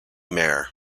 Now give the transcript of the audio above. mayor